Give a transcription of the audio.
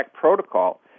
protocol